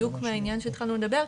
בדיוק מהעניין שהתחלנו לדבר,